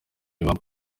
ibamba